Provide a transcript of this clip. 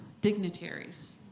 dignitaries